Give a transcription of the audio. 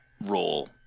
role